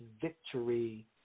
victory